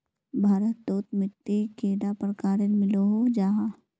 भारत तोत मिट्टी कैडा प्रकारेर मिलोहो जाहा?